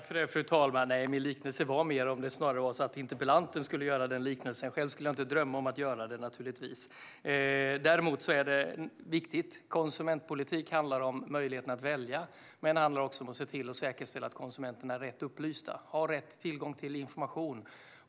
Fru talman! Nej, min liknelse var snarare en som jag undrade om interpellanten skulle göra. Själv skulle jag inte drömma om att göra den. Konsumentpolitik handlar om möjligheten att välja - det är viktigt - men också om att säkerställa att konsumenterna får rätt upplysningar och har tillgång till rätt information.